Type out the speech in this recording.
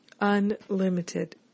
unlimited